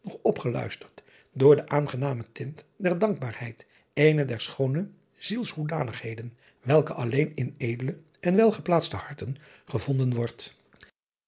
opgeluisterd door den aangenamen tint der dankbaarheid eene der schoone zielshoedanigheden welke alleen in edele en driaan oosjes zn et leven van illegonda uisman welgeplaatste harten gevonden wordt